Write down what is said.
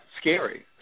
scary